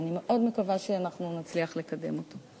ואני מאוד מקווה שנצליח לקדם אותו.